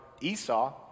Esau